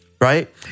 right